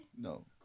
No